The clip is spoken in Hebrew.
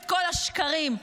לשמחתך.